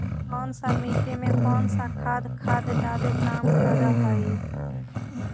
कौन सा मिट्टी मे कौन सा खाद खाद जादे काम कर हाइय?